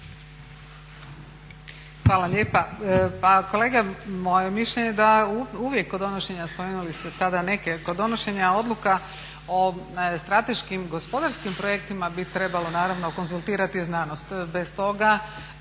Hvala lijepa. Pa kolega, moje je mišljenje da uvijek kod donošenja smo imali, kod donošenja odluka o strateškim gospodarskim projektima bi trebalo naravno konzultirati znanost.